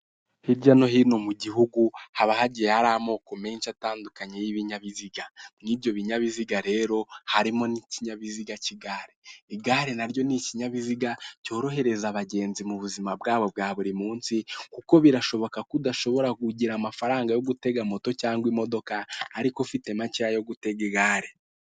Hirya no hino mu gihugu haba hagiye hari amoko menshi atandukanye y'ibinyabiziga. Mu ibyo binyabiziga rero, harimo n'ikinyabiziga cy'igare. Igare naryo ni ikinyabiziga cyorohereza abagenzi mu buzima bwabo bwa buri munsi, kuko birashoboka ko udashobora kugira amafaranga yo gutega moto cyangwa imodoka, ariko ufite macyeya yo gutega igare.